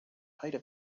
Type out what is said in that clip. height